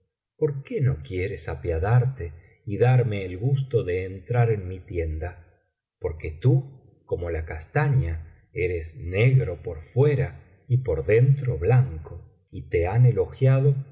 por qué no quieres apiadarte y darme el gusto de entrar en mi tienda porque tú como la castaña eres negro por fuera pero por dentro blanco y te han elogiado